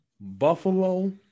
Buffalo